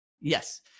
Yes